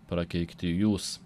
prakeikti jūs